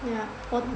yeah